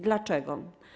Dlaczego?